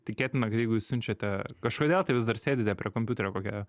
tikėtina jeigu jūs siunčiate kažkodėl tai vis dar sėdite prie kompiuterio kokią